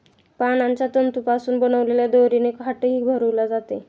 पानांच्या तंतूंपासून बनवलेल्या दोरीने खाटही भरली जाते